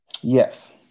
Yes